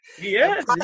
yes